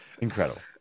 incredible